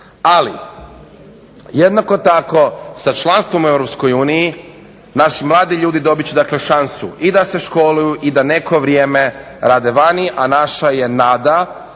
Ali jednako tako sa članstvom u EU naši mladi ljudi dobit će šansu i da se školuju i da neko vrijeme rade vani, a naša je nada